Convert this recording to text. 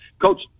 coach